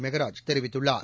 மெகராஜ் தெரிவித்துள்ளார்